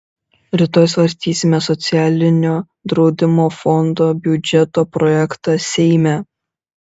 rytoj svarstysime socialinio draudimo fondo biudžeto projektą seime